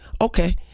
Okay